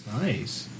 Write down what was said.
Nice